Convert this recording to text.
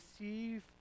receive